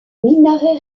minaret